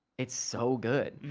it's so good.